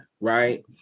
right